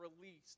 released